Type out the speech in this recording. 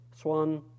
Swan